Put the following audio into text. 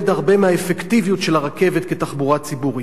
הרבה מהאפקטיביות של הרכבת כתחבורה ציבורית.